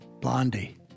Blondie